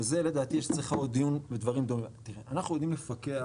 אנחנו יודעים לפקח,